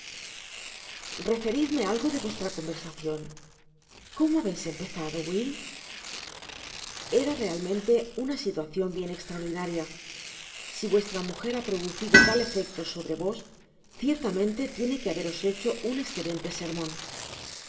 referidme algo de vuestra conversacion cómo habeis empezado will era realmente una situacion bien estraordinaria si vuestra mujer ha producido tal efecto sobre vos ciertamente tiene que haberos hecho un escelente sermon